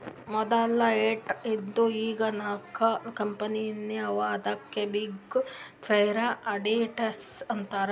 ಮದಲ ಎಂಟ್ ಇದ್ದು ಈಗ್ ನಾಕ್ ಕಂಪನಿನೇ ಅವಾ ಅದ್ಕೆ ಬಿಗ್ ಫೋರ್ ಅಡಿಟರ್ಸ್ ಅಂತಾರ್